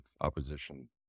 opposition